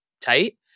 tight